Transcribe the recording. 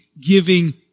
giving